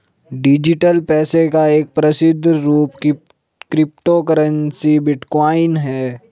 digital पैसे का एक प्रसिद्ध रूप क्रिप्टो करेंसी बिटकॉइन है